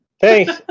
Thanks